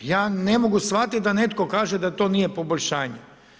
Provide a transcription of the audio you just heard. Ja ne mogu shvatiti da netko kaže da to nije poboljšanje.